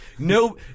No